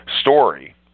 story